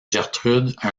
gertrude